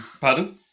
Pardon